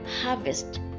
harvest